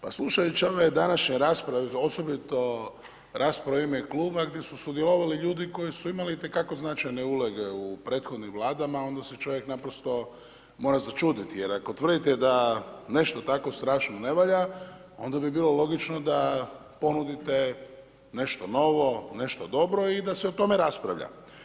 Pa slušajući ove današnje rasprave, osobito rasprave u ime Kluba gdje su sudjelovali ljudi koji su imali itekako značajne uloge u prethodnim Vladama, onda se čovjek naprosto mora začuditi jer ako tvrdite da nešto tako strašno ne valja, onda bi bilo logično da ponudite nešto novo, nešto dobro i da se o tome raspravlja.